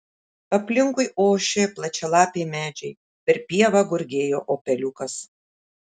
aplinkui ošė plačialapiai medžiai per pievą gurgėjo upeliukas